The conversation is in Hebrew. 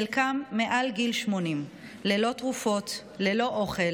חלקם מעל גיל 80, ללא תרופות, ללא אוכל